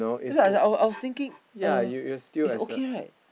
that's why I I was thinking uh it's okay right